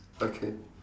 okay